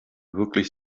wirklich